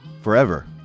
forever